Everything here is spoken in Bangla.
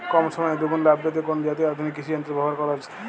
কম সময়ে দুগুন লাভ পেতে কোন জাতীয় আধুনিক কৃষি যন্ত্র ব্যবহার করা উচিৎ?